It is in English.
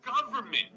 government